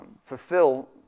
fulfill